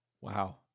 Wow